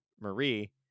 Marie